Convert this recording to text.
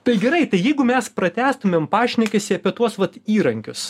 tai gerai tai jeigu mes pratęstumėm pašnekesį apie tuos vat įrankius